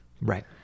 right